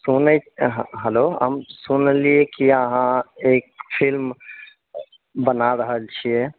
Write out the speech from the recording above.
सुनै हैलो हम सुनलिऐ कि अहाँ एक फिल्म बनाए रहल छिऐ